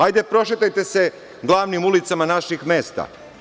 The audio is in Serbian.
Hajde, prošetajte se glavnim ulicama naših mesta.